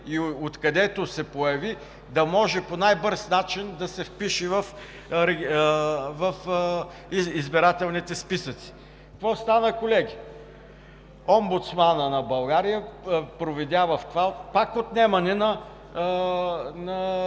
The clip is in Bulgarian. и откъдето се появи, да може по най-бърз начин да се впише в избирателните списъци. Какво стана, колеги? Омбудсманът на България провидя в това пак